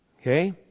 Okay